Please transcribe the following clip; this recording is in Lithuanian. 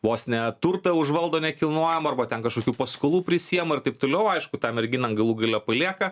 vos ne turtą užvaldo nekilnojamą arba ten kažkokių paskolų prisiima ir taip toliau aišku tą merginą galų gale palieka